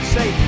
Say